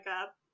up